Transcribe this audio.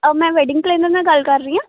ਆ ਮੈਂ wedding planner ਨਾਲ ਗੱਲ ਕਰ ਰਹੀ ਹਾਂ